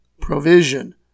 provision